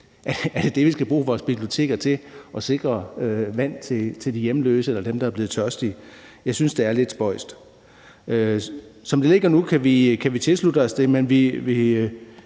Er det det, vi skal bruge vores biblioteker til, nemlig at sikre vand til de hjemløse eller dem, der er blevet tørstige? Jeg synes, det er lidt spøjst. Som det ligger nu, kan vi tilslutte os det, idet vi